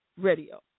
Radio